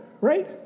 right